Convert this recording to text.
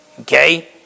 okay